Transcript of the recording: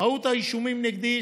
מהות האישומים נגדי,